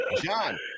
John